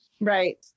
right